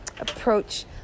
approach